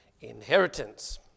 inheritance